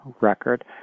record